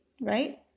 right